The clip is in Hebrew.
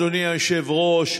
אדוני היושב-ראש,